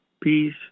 peace